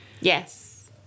Yes